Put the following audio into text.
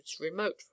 remote